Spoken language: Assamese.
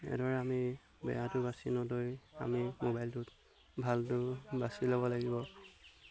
এনেদৰে আমি বেয়াটো বাচি নলৈ আমি মোবাইলটোত ভালটো বাচি ল'ব লাগিব